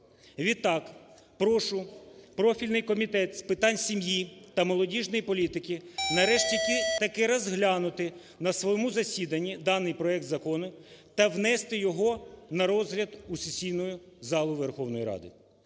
Відтак прошу профільний Комітет з питань сім'ї та молодіжної політики нарешті-таки розглянути на своєму засіданні даний проект закону та внести його на розгляд у сесійну залу Верховної Ради.